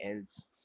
else